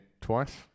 twice